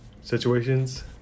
situations